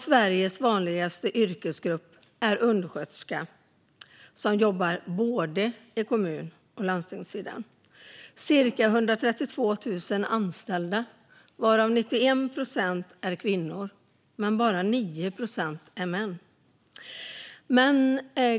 Sveriges vanligaste yrkesgrupp är undersköterskor, som jobbar i både kommuner och landsting. Det är cirka 132 000 anställda, varav 91 procent kvinnor men bara 9 procent män.